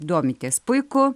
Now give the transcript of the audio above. domitės puiku